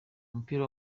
umupira